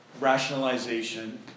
rationalization